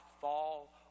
fall